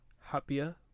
happier